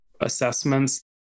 assessments